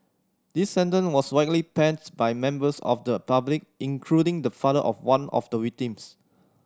this sentence was widely pans by members of the public including the father of one of the victims